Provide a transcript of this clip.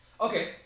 okay